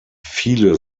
viele